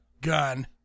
gun